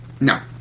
No